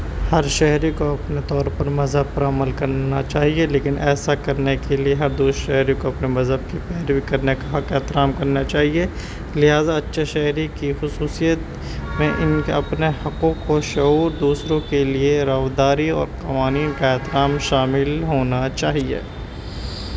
ہر شہری کو اپنے طور پر مذہب پر عمل کرنا چاہیے لیکن ایسا کرنے کے لیے ہر دوسرے شہری کو اپنے مذہب کی پیروی کرنے کا حق احترام کرنا چاہیے لہٰذا اچھے شہری کی خصوصیت میں ان کے اپنے حقوق و شعور دوسروں کے لیے روداری اور قوانین کا احترام شامل ہونا چاہیے